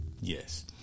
yes